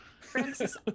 Francis